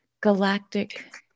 galactic